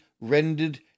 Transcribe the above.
rendered